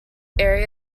area